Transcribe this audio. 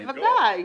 בוודאי.